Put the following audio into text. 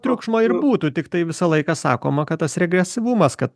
triukšmo ir būtų tiktai visą laiką sakoma kad tas regresyvumas kad